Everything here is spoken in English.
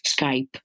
Skype